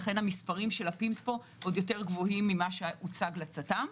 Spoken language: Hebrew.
לכן מספרי ה-PIMS פה עוד יותר גבוהים ממה שהוצג לצט"ם.